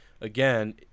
again